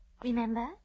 Remember